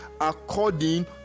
according